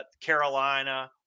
Carolina